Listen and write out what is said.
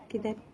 K then